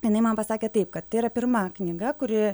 jinai man pasakė taip kad tai yra pirma knyga kuri